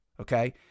okay